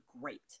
great